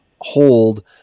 hold